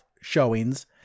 showings